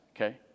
okay